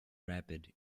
rapid